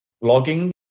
logging